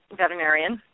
veterinarian